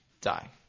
die